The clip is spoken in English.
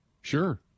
Sure